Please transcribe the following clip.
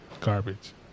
Garbage